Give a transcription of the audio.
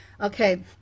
okay